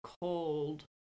cold